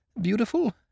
beautiful